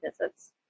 visits